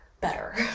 better